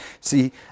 See